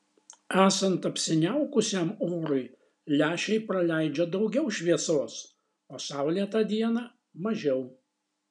esant apsiniaukusiam orui lęšiai praleidžia daugiau šviesos o saulėtą dieną mažiau